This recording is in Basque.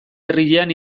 herrian